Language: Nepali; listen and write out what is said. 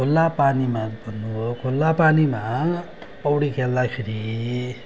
खुला पानीमा अब खुला पानीमा पौडी खेल्दाखेरि